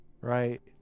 right